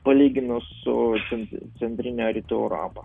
palyginus su cen centrine rytų europa